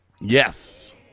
Yes